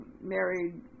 married